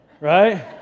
Right